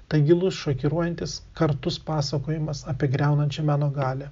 tai gilus šokiruojantis kartus pasakojimas apie griaunančią meno galią